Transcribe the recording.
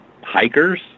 hikers